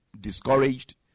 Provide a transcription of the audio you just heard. discouraged